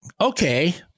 Okay